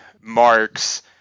marks